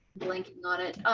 link not ah